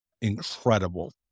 incredible